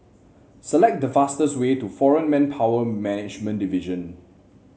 select the fastest way to Foreign Manpower Management Division